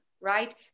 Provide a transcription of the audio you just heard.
Right